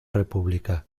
república